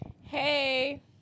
Hey